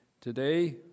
Today